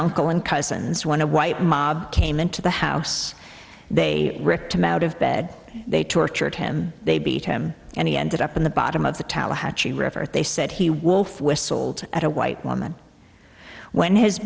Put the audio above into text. uncle and cousins one of white mob came into the house they ripped him out of bed they tortured him they beat him and he ended up in the bottom of the tallahatchie river they said he wolf whistled at a white woman when his